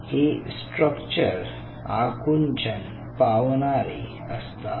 हे स्ट्रक्चर आकुंचन पावणारे असतात